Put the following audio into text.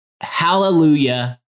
Hallelujah